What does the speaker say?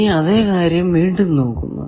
ഇനി അതെ കാര്യം വീണ്ടും നോക്കുന്നു